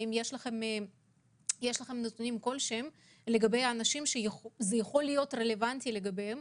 אם יש לכם נתונים כלשהם לגבי אנשים שזה יכול להיות רלוונטי לגביהם.